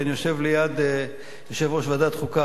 כי אני יושב ליד יושב-ראש ועדת החוקה,